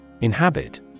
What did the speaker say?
Inhabit